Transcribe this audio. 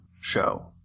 show